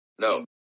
No